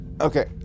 okay